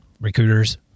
recruiters